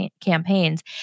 campaigns